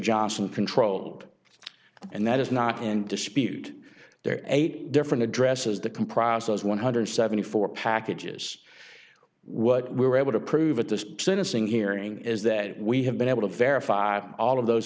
johnson controlled and that is not in dispute there are eight different addresses that comprises one hundred and seventy four packages what we were able to prove at the sentencing hearing is that we have been able to verify all of those